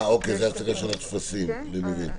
אני מבין.